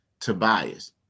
Tobias